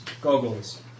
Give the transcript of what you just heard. Goggles